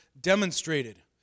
demonstrated